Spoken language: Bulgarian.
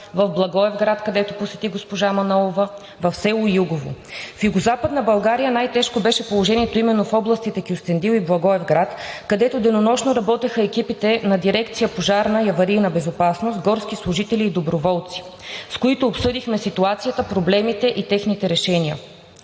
в Благоевград, където посети госпожа Манолова, в село Югово. В Югозападна България най-тежко беше положението именно в областите Кюстендил и Благоевград, където денонощно работеха екипите на дирекция „Пожарна и аварийна безопасност“, горски служители и доброволци, с които обсъдихме ситуацията, проблемите и техните решения.